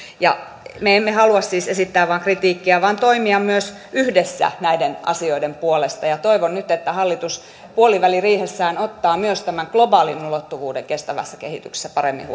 me emme halua siis vain esittää kritiikkiä vaan myös toimia yhdessä näiden asioiden puolesta ja toivon nyt että hallitus puoliväliriihessään ottaa myös tämän globaalin ulottuvuuden kestävässä kehityksessä paremmin